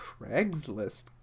Craigslist